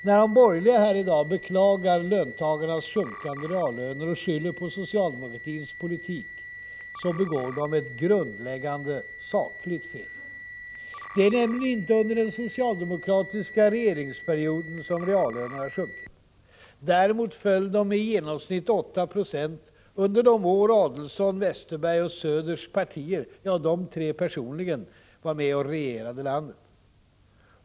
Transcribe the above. När de borgerliga här i dag beklagar löntagarnas sjunkande reallöner och skyller på socialdemokratins politik begår de ett grundläggande sakligt fel. Det är nämligen inte under den socialdemokratiska regeringsperioden som reallönerna har sjunkit. Däremot föll de med i genomsnitt 8 70 under de år då Adelsohns, Westerbergs och Söders partier — ja, de tre personligen — var med och regerade landet.